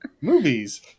Movies